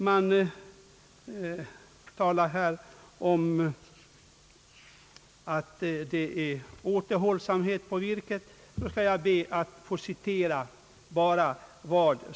Man talar här om återhållsamhet när det gäller virket.